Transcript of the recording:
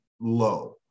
low